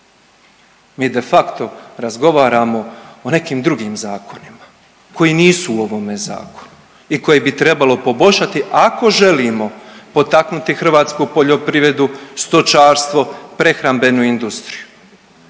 mi de facto razgovaramo o nekim drugim zakonima koji nisu u ovome zakonu i koje bi trebalo poboljšati ako želimo potaknuti hrvatsku poljoprivredu, stočarstvo, prehrambenu industriju,